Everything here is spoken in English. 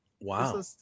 wow